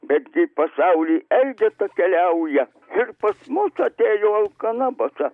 betgi pasauliui elgeta keliauja ir pas mus atėjo alkana basa